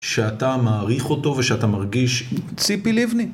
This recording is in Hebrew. שאתה מעריך אותו ושאתה מרגיש... ציפי לבני.